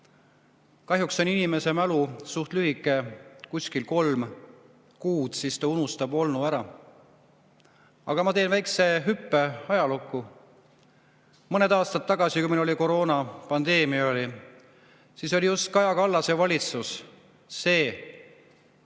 Kahjuks on inimese mälu suht lühike, umbes kolm kuud, siis ta unustab olnu ära. Aga ma teen väikese hüppe ajalukku. Mõned aastad tagasi, kui meil oli koroonapandeemia, siis oli just Kaja Kallase valitsus see,